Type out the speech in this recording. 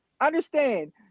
Understand